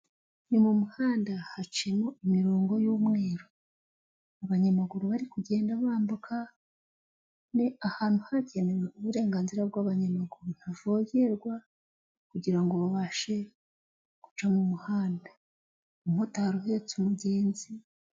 Ni mu muhanda haciyemo imirongo y'umweru abanyamaguru bari kugenda bambuka, ni ahantu hagenewe uburenganzira bw'abanyamaguru bavogerwa kugira ngo babashe kujya mu muhanda. Umumotari uhetse umugenzi.